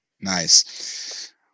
Nice